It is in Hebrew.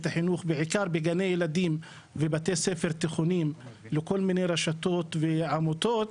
החינוך בעיקר בגני ילדים ובבתי ספר תיכוניים לכל מיני רשתות ועמותות,